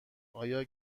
آیا